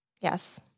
Yes